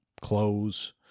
clothes